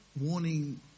warning